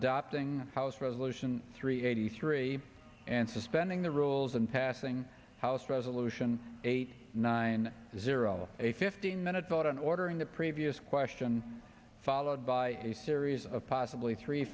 adopting house resolution three eighty three and suspending the rules and passing house resolution eighty nine zero a fifteen minute vote on ordering the previous question followed by a series of possibly three